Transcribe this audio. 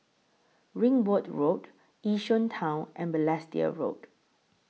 Ringwood Road Yishun Town and Balestier Road